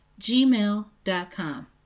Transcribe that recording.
gmail.com